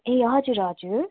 ए हजुर हजुर